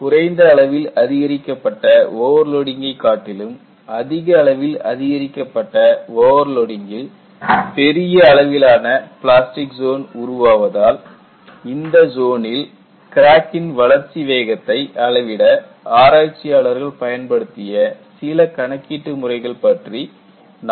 குறைந்த அளவில் அதிகரிக்கப்பட்ட ஓவர்லோடிங் கை காட்டிலும் அதிக அளவில் அதிகரிக்கப்பட்ட ஓவர்லோடிங்கில் பெரிய அளவிலான பிளாஸ்டிக் ஜோன் உருவாவதால் இந்த ஜோனில் கிராக்கின் வளர்ச்சி வேகத்தை அளவிட அளவிட ஆராய்ச்சியாளர்கள் பயன்படுத்திய சில கணக்கீட்டு முறைகள் பற்றி நாம் பார்க்கலாம்